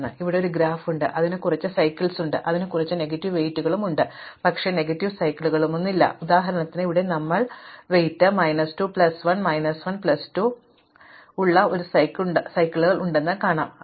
അതിനാൽ ഇവിടെ ഒരു ഗ്രാഫ് ഉണ്ട് അതിന് കുറച്ച് സൈക്കിളുകളുണ്ട് അതിന് കുറച്ച് നെഗറ്റീവ് വെയ്റ്റുകളുണ്ട് പക്ഷേ നെഗറ്റീവ് സൈക്കിളുകളൊന്നുമില്ല ഉദാഹരണത്തിന് ഇവിടെ നമുക്ക് ഭാരം മൈനസ് 2 പ്ലസ് 1 ഉം മൈനസ് 1 പ്ലസ് 2 പ്ലസും ഉള്ള ഒരു സൈക്കിളുകൾ ഉണ്ടെന്ന് കാണാം